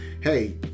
hey